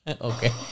Okay